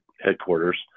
headquarters